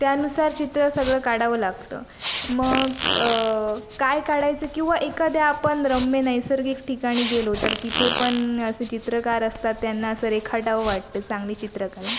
त्यानुसार चित्र सगळं काढावं लागतं मग काय काढायचं किंवा एखाद्या आपण रम्य नैसर्गिक ठिकाणी गेलो तर तिथे पण असे चित्रकार असतात त्यांना असं रेखाटावं वाटतं चांगली चित्रकला